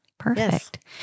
Perfect